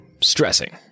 stressing